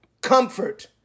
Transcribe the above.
comfort